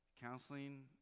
counseling